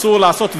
רצו לעשות,